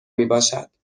میباشد